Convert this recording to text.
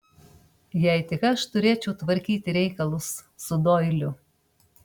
jei tik aš turėčiau tvarkyti reikalus su doiliu